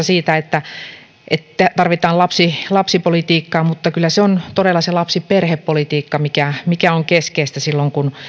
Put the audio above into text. siitä että tarvitaan lapsipolitiikkaa mutta kyllä se on todella lapsiperhepolitiikka mikä mikä on keskeistä silloin kun